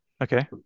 Okay